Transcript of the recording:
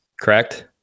Correct